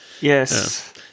Yes